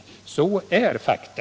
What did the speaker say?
Detta är fakta.